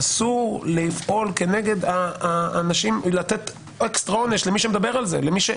אסור לתת אקסטרה עונש למי שמדבר על זה.